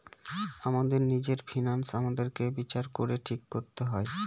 আমাদের নিজের ফিন্যান্স আমাদেরকে বিচার করে ঠিক করতে হয়